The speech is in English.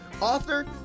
author